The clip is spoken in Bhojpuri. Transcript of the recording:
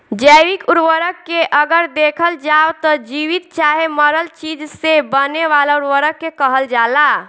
जैविक उर्वरक के अगर देखल जाव त जीवित चाहे मरल चीज से बने वाला उर्वरक के कहल जाला